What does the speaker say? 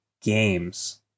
games